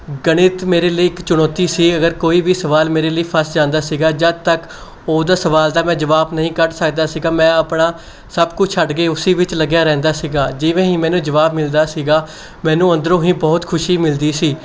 ਗਣਿਤ ਮੇਰੇ ਲਈ ਇੱਕ ਚੁਣੌਤੀ ਸੀ ਅਗਰ ਕੋਈ ਵੀ ਸਵਾਲ ਮੇਰੇ ਲਈ ਫਸ ਜਾਂਦਾ ਸੀਗਾ ਜਦ ਤੱਕ ਉਹਦਾ ਸਵਾਲ ਦਾ ਮੈਂ ਜਵਾਬ ਨਹੀਂ ਕੱਢ ਸਕਦਾ ਸੀਗਾ ਮੈਂ ਆਪਣਾ ਸਭ ਕੁਛ ਛੱਡ ਕੇ ਉਸ ਵਿੱਚ ਲੱਗਿਆ ਰਹਿੰਦਾ ਸੀਗਾ ਜਿਵੇਂ ਹੀ ਮੈਨੂੰ ਜਵਾਬ ਮਿਲਦਾ ਸੀਗਾ ਮੈਨੂੰ ਅੰਦਰੋਂ ਹੀ ਬਹੁਤ ਖੁਸ਼ੀ ਮਿਲਦੀ ਸੀ